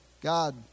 God